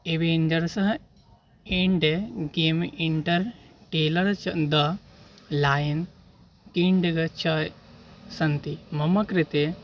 Avengers and game the Lion King गच्छायि सन्ति मम कृते